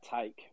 take